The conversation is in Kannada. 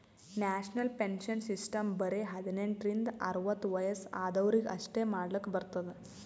ನ್ಯಾಷನಲ್ ಪೆನ್ಶನ್ ಸಿಸ್ಟಮ್ ಬರೆ ಹದಿನೆಂಟ ರಿಂದ ಅರ್ವತ್ ವಯಸ್ಸ ಆದ್ವರಿಗ್ ಅಷ್ಟೇ ಮಾಡ್ಲಕ್ ಬರ್ತುದ್